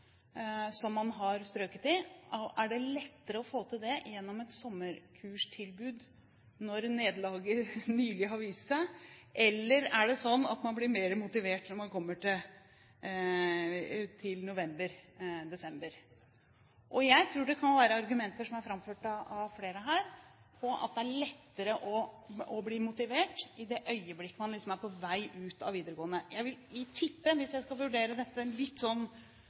som man har strøket i? Er det lettere å få til det gjennom et sommerkurstilbud når nederlaget nylig har vist seg, eller er det slik at man blir mer motivert når man kommer til november/desember? Jeg tror det kan være argumenter, som har vært framført av flere, for at det er lettere å bli motivert i det øyeblikket man er på vei ut av videregående. Jeg vil tippe, hvis jeg skal vurdere dette litt